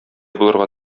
булырга